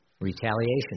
retaliation